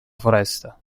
foresta